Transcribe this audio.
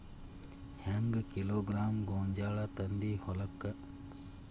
ಹೆಂಗ್ ಕಿಲೋಗ್ರಾಂ ಗೋಂಜಾಳ ತಂದಿ ಹೊಲಕ್ಕ?